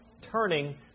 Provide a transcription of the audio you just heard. turning